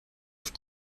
with